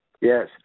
yes